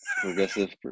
Progressive